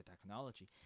technology